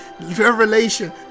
Revelation